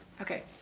Okay